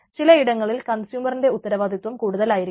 ചിലയിടങ്ങളിൽ കൺസ്യൂമറിന്റെ ഉത്തരവാദിത്തം കൂടുതൽ ആയിരിക്കും